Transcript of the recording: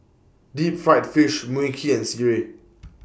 Deep Fried Fish Mui Kee and Sireh